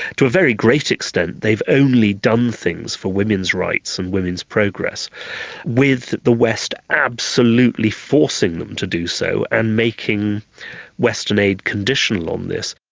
to a very great extent they've only done things for women's rights and women's progress with the west absolutely forcing them to do so and making western aid conditional on this.